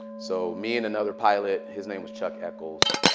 so me and another pilot his name was chuck echols.